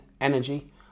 energy